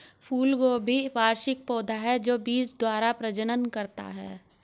फूलगोभी एक वार्षिक पौधा है जो बीज द्वारा प्रजनन करता है